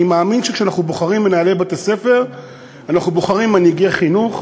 אני מאמין שכשאנחנו בוחרים מנהלי בתי-ספר אנחנו בוחרים מנהיגי חינוך.